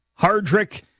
Hardrick